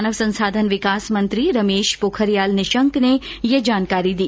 मानव संसाधन विकास मंत्री रमेश पोखरियाल निशंक ने यह जानकारी दी